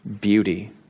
beauty